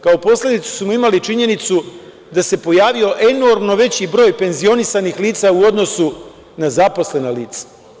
Kao posledicu smo imali činjenicu da se pojavio enormno veći broj penzionisanih lica u odnosu na zaposlena lica.